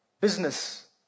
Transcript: Business